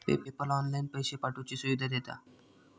PayPal online पैशे पाठवुची सुविधा देता